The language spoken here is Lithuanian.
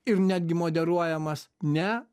ir netgi moderuojamas ne